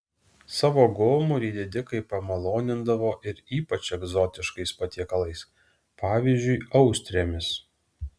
savo gomurį didikai pamalonindavo ir ypač egzotiškais patiekalais pavyzdžiui austrėmis